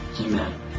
Amen